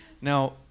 Now